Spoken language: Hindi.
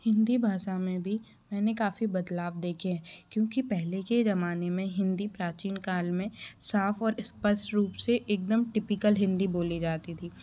हिन्दी भाषा में भी मैंने काफ़ी बदलाव देखे हैं क्योंकि पहले के जमाने में हिन्दी प्राचीन काल में साफ और स्पष्ट रूप से एकदम टिपिकल हिन्दी बोली जाती थी